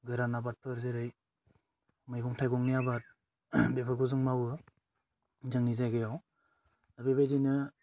गोरान आबादफोर जेरै मैगं थाइगंनि आबाद बेफोरखौ जों मावो जोंनि जायगायाव बेबायदिनो